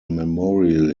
memorial